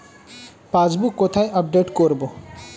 Passbook কোথায় update করব?